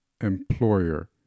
employer